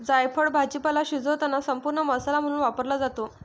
जायफळ भाजीपाला शिजवताना संपूर्ण मसाला म्हणून वापरला जातो